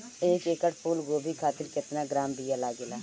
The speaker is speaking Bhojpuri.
एक एकड़ फूल गोभी खातिर केतना ग्राम बीया लागेला?